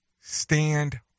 stand